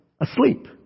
asleep